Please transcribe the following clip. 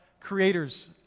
creators